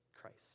Christ